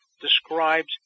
describes